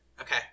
Okay